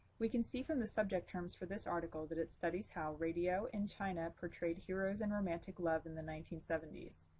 we can see from the subject terms for this article that it studies how radio in china portrayed heroes and romantic love in the nineteen seventy s.